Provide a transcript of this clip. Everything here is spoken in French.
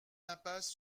l’impasse